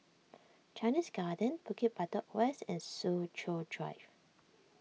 Chinese Garden Bukit Batok West and Soo Chow Drive